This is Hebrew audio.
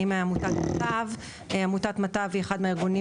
אני מעמותת מטב; היא אחד מהארגונים